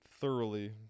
thoroughly